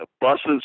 buses